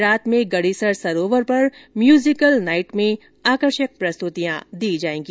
रात में गड़ीसर सरोवर पर म्यूजिकल नाईट में प्रस्तुतियां दी जाएगी